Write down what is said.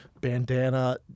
bandana